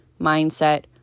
mindset